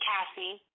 Cassie